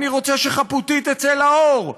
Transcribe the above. אני רוצה שחפותי תצא לאור.